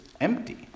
empty